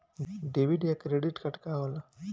Debit या credit card का होला?